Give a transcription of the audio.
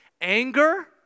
anger